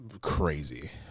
crazy